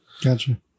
Gotcha